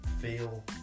feel